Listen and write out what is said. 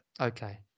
Okay